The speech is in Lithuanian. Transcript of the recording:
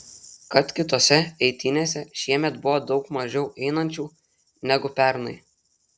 kad kitose eitynėse šiemet buvo daug mažiau einančių negu pernai